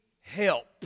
help